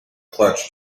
clutch